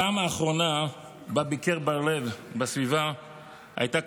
הפעם האחרונה שבה ביקר בר לב בסביבה הייתה,